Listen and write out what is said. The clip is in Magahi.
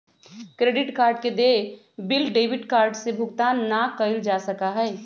क्रेडिट कार्ड के देय बिल डेबिट कार्ड से भुगतान ना कइल जा सका हई